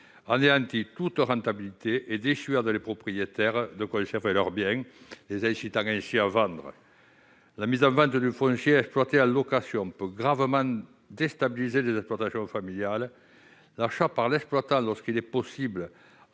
anéantit toute rentabilité et dissuade les propriétaires de tels biens de les conserver, les incitant à vendre. La mise en vente du foncier exploité en location peut gravement déstabiliser les exploitations familiales. L'achat par l'exploitant, lorsqu'il est possible,